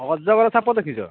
ଅଜଗର ସାପ ଦେଖିଛ